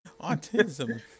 autism